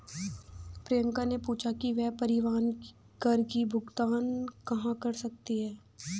प्रियंका ने पूछा कि वह परिवहन कर की भुगतान कहाँ कर सकती है?